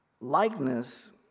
Likeness